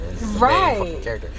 right